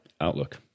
outlook